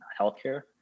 healthcare